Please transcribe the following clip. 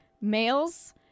males